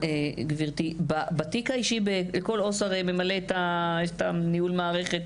כל עו"ס ממלא תיק אישי,